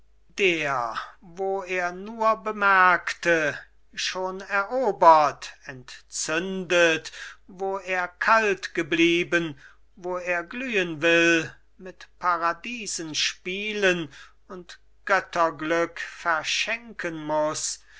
der wo er nur bemerkte schon erobert entzündet wo er kalt geblieben wo er glühen will mit paradiesen spielen und götterglück verschenken muß